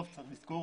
יש לזכור